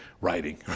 writing